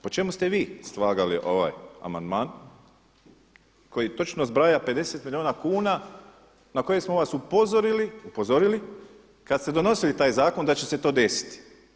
Po čemu ste vi slagali ovaj amandman koji točno zbraja 50 milijuna kuna na koje smo vas upozorili kad se donosili taj zakon da će se to desiti.